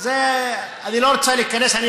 לא פלא, הם ערבים.